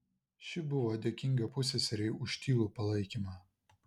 ši buvo dėkinga pusseserei už tylų palaikymą